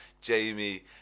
Jamie